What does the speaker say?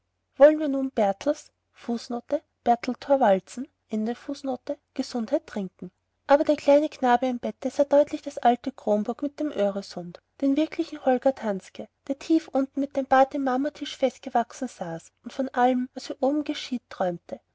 wollen wir nun bertel's gesundheit trinken aber der kleine knabe im bette sah deutlich das alte kronburg mit dem öresund den wirklichen holger danske der tief unten mit dem bart im marmortisch festgewachsen saß und von allem was hier oben geschieht träumte